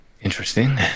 Interesting